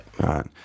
Right